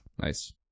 Nice